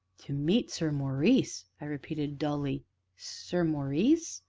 to meet sir maurice? i repeated dully sir maurice?